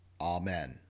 Amen